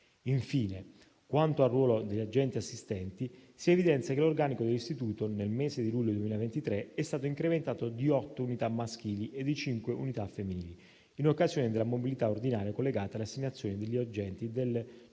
Infine, quanto al ruolo degli agenti assistenti, si evidenzia che l'organico dell'istituito nel mese di luglio 2023 è stato incrementato di 8 unità maschili e di 5 unità femminili, in occasione della mobilità ordinaria collegata alle assegnazioni degli agenti del 181°